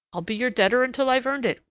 i'll be your debtor until i've earned it.